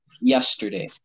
yesterday